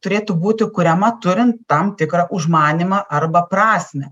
turėtų būti kuriama turint tam tikrą užmanymą arba prasmę